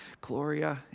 Gloria